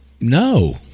No